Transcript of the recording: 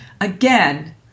again